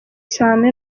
cyane